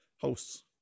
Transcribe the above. Hosts